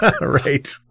right